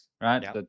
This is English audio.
right